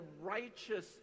righteous